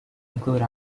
include